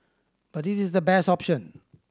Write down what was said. but this is the best option